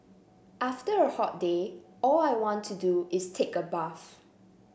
after a hot day all I want to do is take a bath